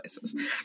places